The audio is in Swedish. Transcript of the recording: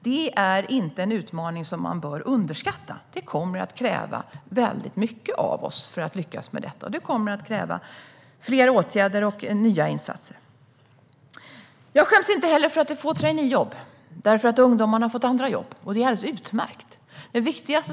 Det är inte en utmaning som man bör underskatta. Det kommer att krävas väldigt mycket av oss för att lyckas med detta, och det kommer att krävas fler åtgärder och nya insatser. Jag skäms inte heller för att det är få traineejobb, för ungdomarna har fått andra jobb. Det är alldeles utmärkt.